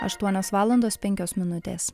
aštuonios valandos penkios minutės